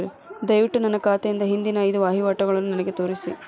ದಯವಿಟ್ಟು ನನ್ನ ಖಾತೆಯಿಂದ ಹಿಂದಿನ ಐದು ವಹಿವಾಟುಗಳನ್ನು ನನಗೆ ತೋರಿಸಿ